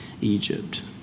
Egypt